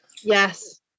Yes